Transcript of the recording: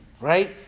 right